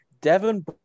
Devin